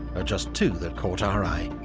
are just two that caught our eye.